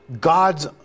God's